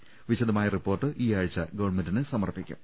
സംഘം വിശദ മായ റിപ്പോർട്ട് ഈയാഴ്ച ഗവൺമെന്റിന് സമർപ്പിക്കും